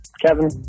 Kevin